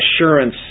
assurance